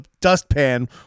dustpan